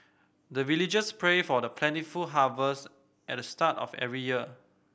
the villagers pray for plentiful harvest at the start of every year